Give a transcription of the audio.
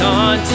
on